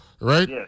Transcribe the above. right